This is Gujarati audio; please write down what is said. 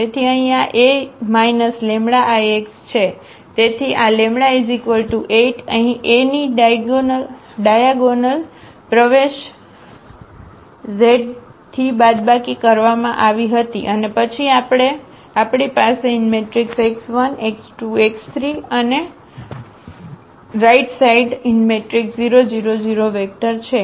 તેથી અહીં આ A λIx છે તેથી આ λ 8 અહીં A ની ડાયાગોનલ પ્રવેશઝથી બાદબાકી કરવામાં આવી હતી અને પછી આપણી પાસે x1 x2 x3 અને રાઇટ સાઇડRight side આ 0 0 0 વેક્ટર છે